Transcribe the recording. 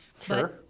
Sure